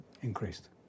increased